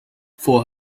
for